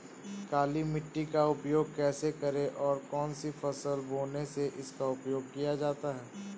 काली मिट्टी का उपयोग कैसे करें और कौन सी फसल बोने में इसका उपयोग किया जाता है?